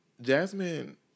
Jasmine